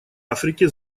африки